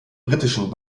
britischen